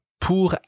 pour